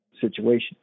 situation